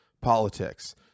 politics